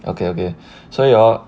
okay okay 所以 hor